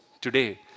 today